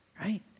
right